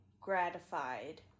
gratified